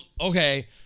okay